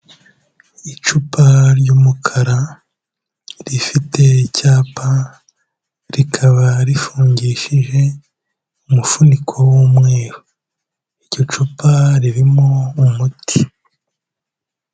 Icupa ry'umukara, rifite icyapa, rikaba rifungishije umufuniko w'umweru, iryo cupa ririmo umuti.